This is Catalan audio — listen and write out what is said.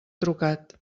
trucat